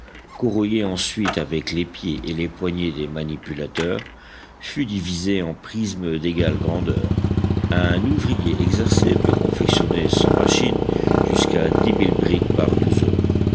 corroyée ensuite avec les pieds et les poignets des manipulateurs fut divisée en prismes d'égale grandeur un ouvrier exercé peut confectionner sans machine jusqu'à dix mille briques par douze heures